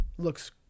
looks